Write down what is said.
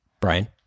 Brian